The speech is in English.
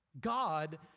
God